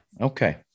Okay